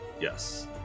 yes